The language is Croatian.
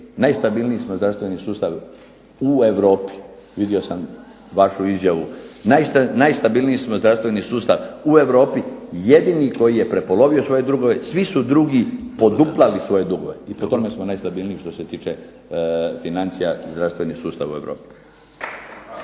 najstabilniji smo zdravstveni sustav u Europi. Vidio sam vašu izjavu. Najstabilniji smo zdravstveni sustav u Europi, jedini koji je prepolovio svoje dugove. Svi su drugi poduplali svoje dugove i po tome smo najstabilniji što se tiče financija i zdravstveni sustav u